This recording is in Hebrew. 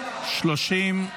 את